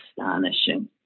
astonishing